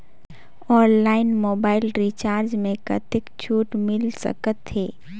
Online mobile recharge मे कतेक छूट मिल सकत हे?